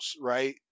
right